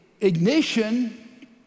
ignition